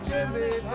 Jimmy